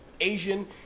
Asian